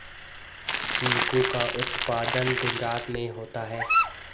चीकू का उत्पादन गुजरात में होता है